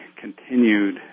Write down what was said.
continued